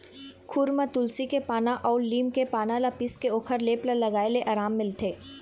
खुर म तुलसी के पाना अउ लीम के पाना ल पीसके ओखर लेप ल लगाए ले अराम मिलथे